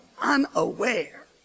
unaware